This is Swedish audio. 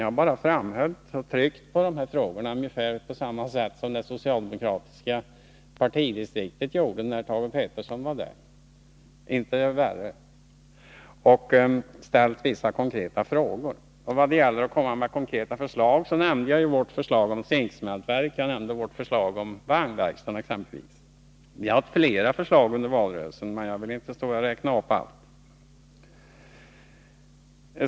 Jag har pekat på de här problemen ungefär på samma sätt som det socialdemokratiska partidistriktet i Örebro gjorde när Thage 167 Peterson var där, och jag har ställt vissa konkreta frågor. När det gäller konkreta förslag nämnde jag exempelvis vårt förslag om ett zinksmältverk och en vagnverkstad. Vi hade flera förslag under valrörelsen, men jag vill inte stå här och räkna upp alla.